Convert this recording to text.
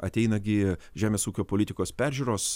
ateina gi žemės ūkio politikos peržiūros